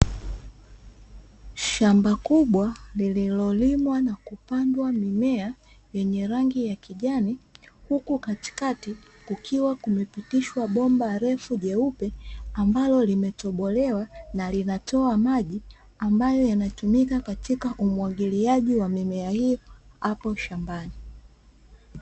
Shamba kubwa lililolimwa na kupandwa mimea yenye rangi ya kijani, huku katikati kukiwa kumepitishwa bomba refu jeupe, ambalo limetobolewa na linatoa maji, ambayo yanatumika katika umwagiliaji wa mimea hiyo hapo shambani.